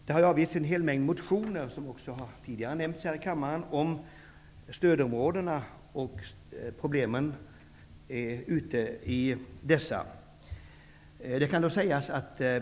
Det har väckts en hel mängd motioner om stödområdena och problemen ute i dessa.